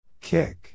Kick